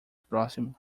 próximo